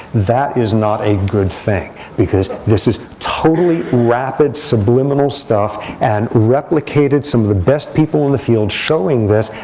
that is not a good thing, because this is totally rapid subliminal stuff, and replicated, some of the best people in the field showing this.